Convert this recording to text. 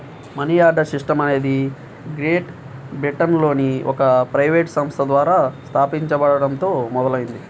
money order system అనేది great బ్రిటన్లోని ఒక ప్రైవేట్ సంస్థ ద్వారా స్థాపించబడటంతో మొదలైంది